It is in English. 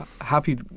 happy